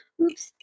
Oops